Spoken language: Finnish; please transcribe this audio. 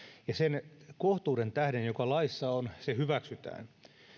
sen kohtuuden tähden joka laissa on se hyväksytään